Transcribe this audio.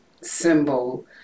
symbol